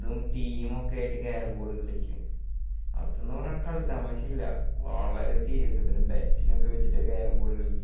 അതും ടീമൊക്കെ ആയിട്ട് കാരം ബോർഡ് കളിക്കും അതെന്ന് പറഞ്ഞാൽ കളി തമാശയില്ല വളരെ സീരിയസായിട്ട് ബെറ്റിനൊക്കെ വെച്ചിട്ട് കാരം ബോർഡ് കളിക്കും